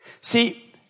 See